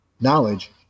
knowledge